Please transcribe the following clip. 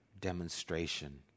demonstration